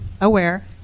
aware